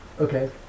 Okay